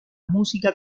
música